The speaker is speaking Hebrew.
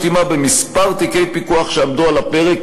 עמה בכמה תיקי פיקוח שעמדו על הפרק,